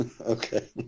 Okay